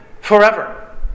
forever